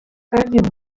andy